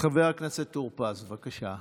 חבר הכנסת טור פז, בבקשה.